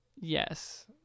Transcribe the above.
Yes